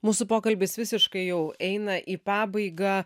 mūsų pokalbis visiškai jau eina į pabaigą